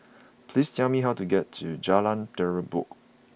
please tell me how to get to Jalan Terubok